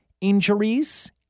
injuries